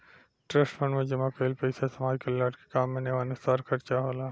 trust fund में जमा कईल पइसा समाज कल्याण के काम में नियमानुसार खर्चा होला